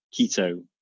keto